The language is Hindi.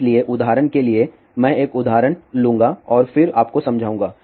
इसलिए उदाहरण के लिए मैं एक उदाहरण लूंगा और फिर आपको समझाऊंगा